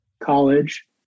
college